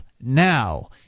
now